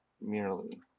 merely